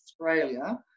Australia